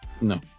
No